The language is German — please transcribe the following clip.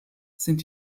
sind